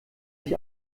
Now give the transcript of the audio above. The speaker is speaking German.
ich